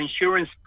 insurance